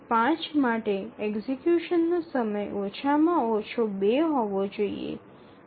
૫ માટે એક્ઝિકયુશનનો સમય ઓછામાં ઓછો ૨ હોવો જોઈએ